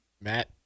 Matt